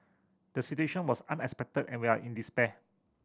the situation was unexpected and we are in despair